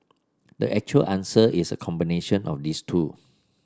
the actual answer is a combination of these two